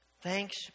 thanks